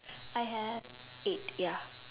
I have eight ya